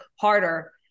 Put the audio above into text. harder